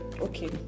Okay